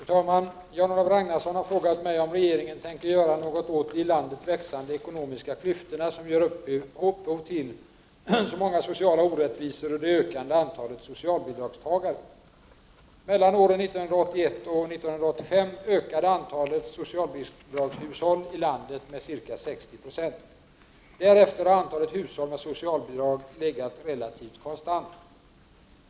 Fru talman! Jan-Olof Ragnarsson har frågat mig om regeringen tänker göra något åt de i landet växande ekonomiska klyftorna som ger upphov till så många sociala orättvisor och det ökande antalet socialbidragstagare. Mellan åren 1981 och 1985 ökade antalet socialbidragshushållilandet med ca 60 20. Därefter har antalet hushåll med socialbidrag legat relativt konstant.